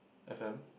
f_m